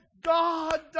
God